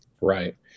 Right